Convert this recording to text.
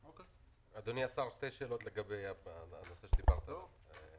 אדוני השר, שתי שאלות לגבי הנושא שדיברת עליו.